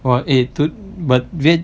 !wah! eh to~ but leh